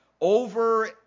over